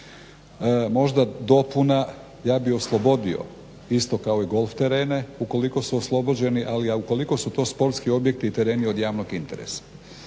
možda dopuna, ja bi oslobodio isto kao i golf terene ukoliko su oslobođeni, ali ukoliko su to sportski objekti i tereni od javnog interesa.